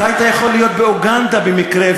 אתה היית יכול להיות באוגנדה במקרה,